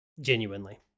Genuinely